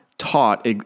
taught